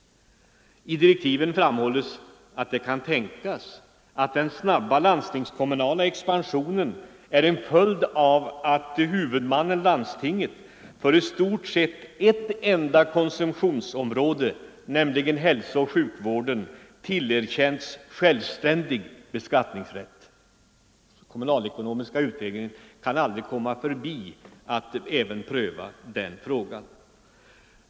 I direktiven framhålls att den snabba landstingskommunala expansionen kan tänkas vara en följd av att huvudmannen-landstinget i stort sett för ett enda konsumtionsområde —- nämligen hälsooch sjukvården — tillerkänts självständig beskattningsrätt. Kommunalekonomiska utredningen kan aldrig komma förbi att pröva även den frågan.